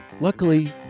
Luckily